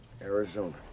Arizona